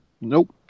Nope